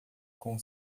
com